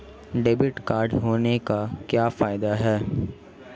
Debit card होने के क्या फायदे हैं?